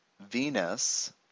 Venus